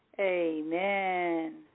Amen